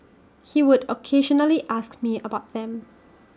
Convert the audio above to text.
he would occasionally ask me about them